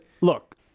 look